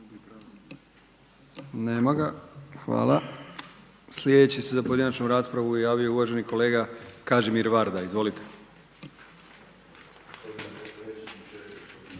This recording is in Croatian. Nema ga. Hvala. Sljedeći se za pojedinačnu raspravu javio uvaženi kolega Kažimir Varda. Izvolite.